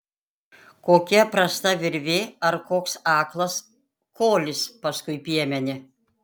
kokia prasta virvė ar koks aklas kolis paskui piemenį